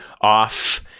off